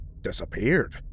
Disappeared